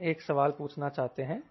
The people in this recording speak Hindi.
हम एक सवाल पूछना चाहते हैं